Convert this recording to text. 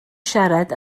siarad